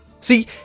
See